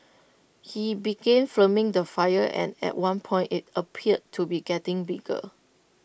he began filming the fire and at one point IT appeared to be getting bigger